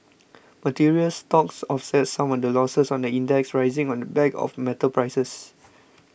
materials stocks offset some of the losses on the index rising on the back of metals prices